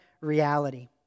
reality